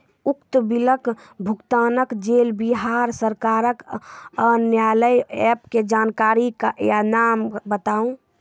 उक्त बिलक भुगतानक लेल बिहार सरकारक आअन्य एप के जानकारी या नाम बताऊ?